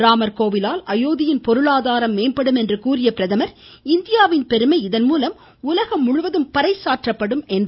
ராமர் கோவிலால் அயோத்தியின் பொருளாதாரம் மேம்படும் என்று கூறிய பிரதமர் இந்தியாவின் பெருமை இதன் மூலம் உலகம் முழுவதும் கொண்டு செல்லப்படும் என்றார்